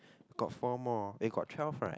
got four more eh got twelve right